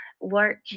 work